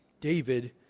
David